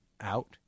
out